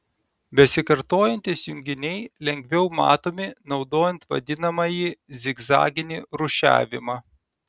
besikartojantys junginiai lengviau matomi naudojant vadinamąjį zigzaginį rūšiavimą